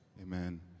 Amen